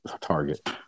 target